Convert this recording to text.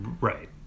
Right